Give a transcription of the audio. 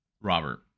Robert